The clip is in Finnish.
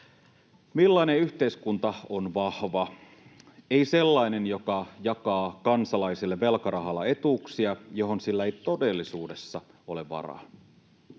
Millainen yhteiskunta on vahva? Ei sellainen, joka jakaa kansalaisille velkarahalla etuuksia, joihin sillä ei todellisuudessa ole varaa.